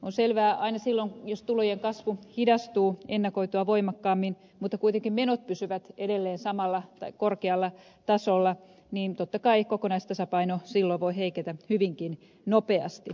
on selvää että aina silloin jos tulojen kasvu hidastuu ennakoitua voimakkaammin mutta kuitenkin menot pysyvät edelleen korkealla tasolla totta kai kokonaistasapaino voi heiketä hyvinkin nopeasti